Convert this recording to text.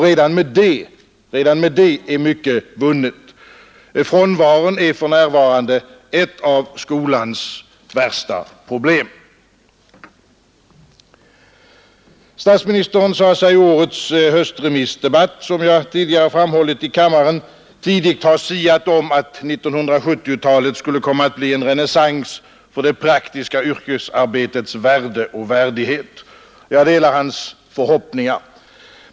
Redan med det är mycket vunnet. Frånvaron är för närvarande ett av skolans värsta problem. Statsministern sade i årets höstremissdebatt, som jag tidigare har framhållit i riksdagen, att han tidigt hade siat om att 1970-talet skulle komma att bli en renässans för det praktiska yrkesarbetets värde och värdighet. Jag delar hans förhoppningar.